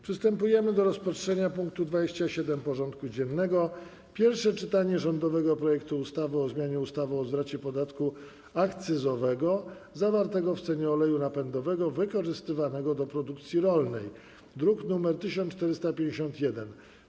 Przystępujemy do rozpatrzenia punktu 27. porządku dziennego: Pierwsze czytanie rządowego projektu ustawy o zmianie ustawy o zwrocie podatku akcyzowego zawartego w cenie oleju napędowego wykorzystywanego do produkcji rolnej (druk nr 1451)